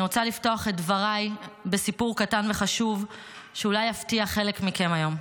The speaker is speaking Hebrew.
אני רוצה לפתוח את דבריי בסיפור קטן וחשוב שאולי יפתיע חלק מכם היום.